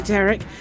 Derek